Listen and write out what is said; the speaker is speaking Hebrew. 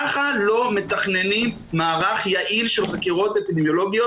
ככה לא מתכננים מערך יעיל של חקירות אפידמיולוגיות.